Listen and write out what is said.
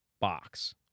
box